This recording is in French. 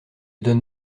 donne